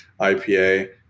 IPA